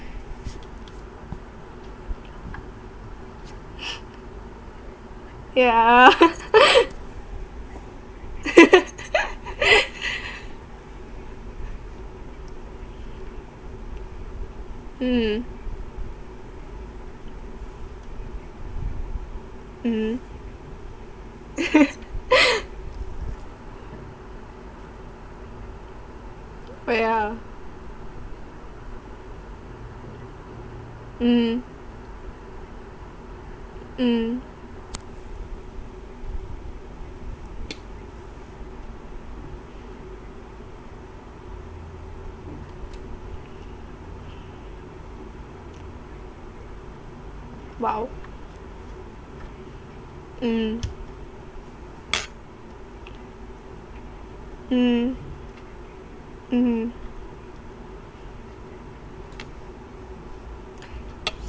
yeah mm mm yeah mm mm !wow! mm mm mmhmm